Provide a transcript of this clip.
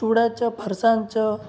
चिवड्याचं फरसाणचं